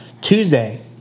Tuesday